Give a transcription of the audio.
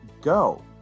go